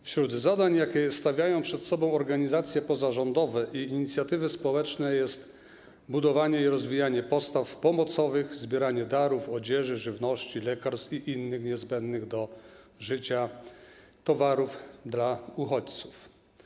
Wśród zadań, jakie stawiają przed sobą organizacje pozarządowe i inicjatywy społeczne, jest budowanie i rozwijanie postaw pomocowych, zbieranie darów, odzieży, żywności, lekarstw i innych niezbędnych do życia towarów dla uchodźców.